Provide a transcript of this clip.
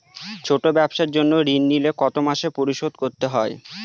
ছোট ব্যবসার জন্য ঋণ নিলে কত মাসে পরিশোধ করতে হয়?